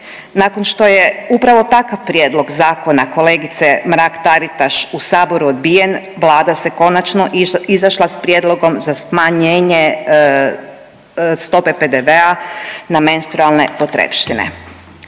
Nakon što je upravo takav prijedlog zakona kolegice Mrak Taritaš u Saboru odbijen, Vlada je konačno izašla s prijedlogom za smanjenje stope PDV-a na menstrualne potrepštine.